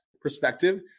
perspective